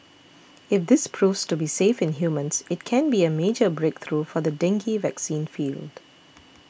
if this proves to be safe in humans it can be a major breakthrough for the dengue vaccine field